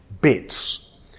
bits